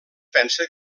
pensa